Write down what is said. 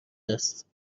است